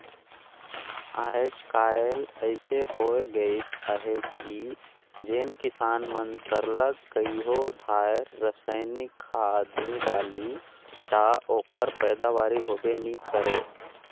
आएज काएल अइसे होए गइस अहे कि जेन किसान मन सरलग कइयो धाएर रसइनिक खाद नी डालहीं ता ओकर पएदावारी होबे नी करे